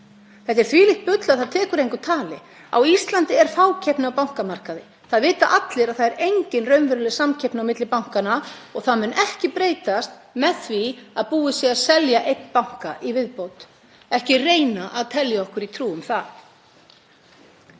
Þetta er þvílíkt bull að það tekur engu tali. Á Íslandi er fákeppni á bankamarkaði. Það vita allir að það er engin raunveruleg samkeppni milli bankanna og það mun ekki breytast með því að búið sé að selja einn banka í viðbót. Ekki reyna að telja okkur trú um það.